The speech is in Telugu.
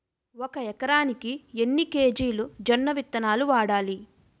ఒక ఎకరానికి ఎన్ని కేజీలు జొన్నవిత్తనాలు వాడాలి?